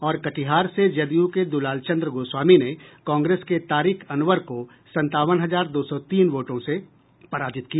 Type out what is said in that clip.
और कटिहार से जदयू के दुलालचंद्र गोस्वामी ने कांग्रेस के तारिक अनवर को संतावन हजार दो सौ तीन वोटों से पराजित किया